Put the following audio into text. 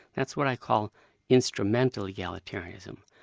that's what i call instrumental egalitarianism.